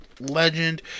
legend